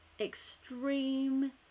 extreme